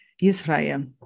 Israel